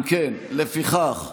לפיכך,